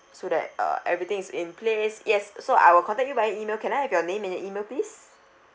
so that uh every thing's in place yes so I will contact you via email can I have your name and your email please